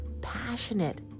passionate